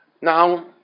Now